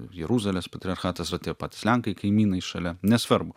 jeruzalės patriarchatas va tie patys lenkai kaimynai šalia nesvarbu